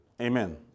Amen